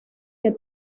que